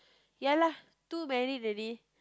ya lah two married already